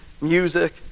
music